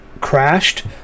crashed